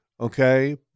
okay